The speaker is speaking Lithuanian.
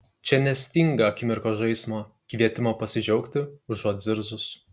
čia nestinga akimirkos žaismo kvietimo pasidžiaugti užuot zirzus